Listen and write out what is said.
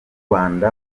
rwanda